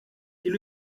est